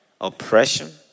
Oppression